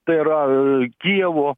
tai yra kijevo